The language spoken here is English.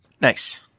Nice